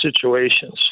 situations